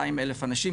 200 אלף אנשים,